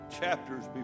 chapters